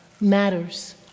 matters